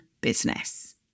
business